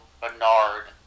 Bernard